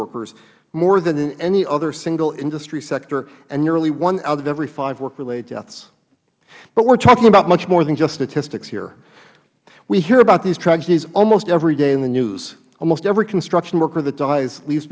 workers more than in any other single industry sector and nearly one out of every five work related deaths but we are talking about much more than just statistics here we hear about these tragedies almost every day in the news almost every construction worker that dies lea